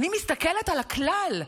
אני מסתכלת על הכלל,